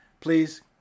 please